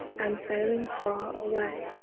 and sailing far away.